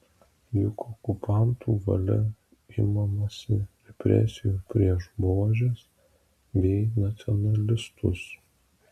juk okupantų valia imamasi represijų prieš buožes bei nacionalistus